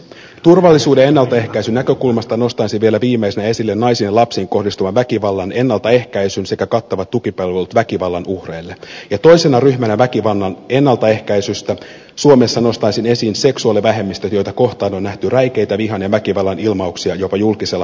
turvallisuuden ennaltaehkäisyn näkökulmasta nostaisin vielä viimeisenä esille naisiin ja lapsiin kohdistuvan väkivallan ennaltaehkäisyn sekä kattavat tukipalvelut väkivallan uhreille ja toisena ryhmänä väkivallan ennaltaehkäisystä suomessa nostaisin esiin seksuaalivähemmistöt joita kohtaan on nähty räikeitä vihan ja väkivallan ilmauksia jopa julkisella paikalla